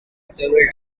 several